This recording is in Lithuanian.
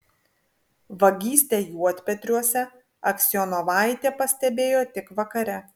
vagystę juodpetriuose aksionovaitė pastebėjo tik vakare